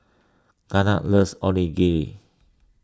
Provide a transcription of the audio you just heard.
Garnet loves Onigiri